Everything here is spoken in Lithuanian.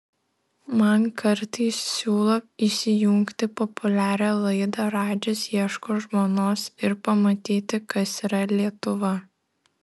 man kartais siūlo įsijungti populiarią laidą radžis ieško žmonos ir pamatyti kas yra lietuva